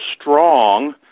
strong